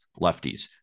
Lefties